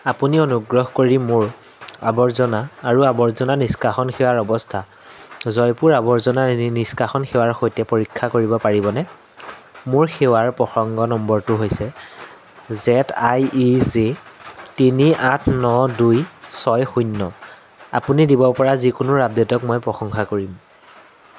আপুনি অনুগ্ৰহ কৰি মোৰ আৱৰ্জনা আৰু আৱৰ্জনা নিষ্কাশন সেৱাৰ অৱস্থা জয়পুৰ আৱৰ্জনা নিষ্কাশন সেৱাৰ সৈতে পৰীক্ষা কৰিব পাৰিবনে মোৰ সেৱাৰ প্ৰসংগ নম্বৰটো হৈছে জেড আই ই জে তিনি আঠ ন দুই ছয় শূন্য আপুনি দিব পৰা যিকোনো আপডে'টক মই প্ৰশংসা কৰিম